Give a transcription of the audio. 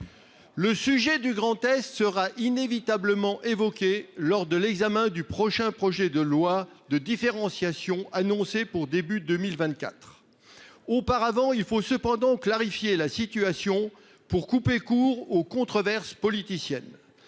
Le sujet du Grand-Est sera inévitablement évoquée lors de l'examen du prochain projet de loi de différenciation annoncée pour début 2024. Auparavant, il faut cependant clarifier la situation. Pour couper court aux controverses politiciennes.